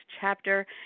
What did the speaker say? chapter